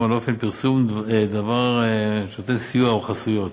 על אופן פרסום דבר שנותן סיוע או חסויות.